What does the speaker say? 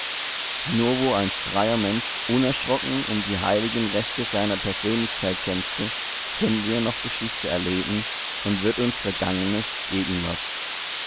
nur wo ein freier mensch unerschrocken um die heiligen rechte seiner persönlichkeit kämpfte können wir noch geschichte erleben und wird uns vergangenes gegenwart